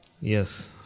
Yes